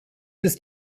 ist